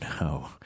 no